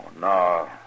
no